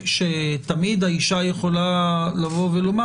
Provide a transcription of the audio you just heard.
ותמיד האישה יכולה לומר,